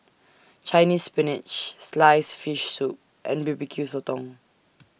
Chinese Spinach Sliced Fish Soup and B B Q Sotong